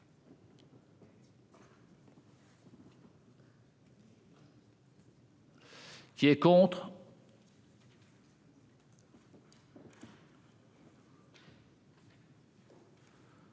Qui est contre.